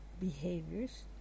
behaviors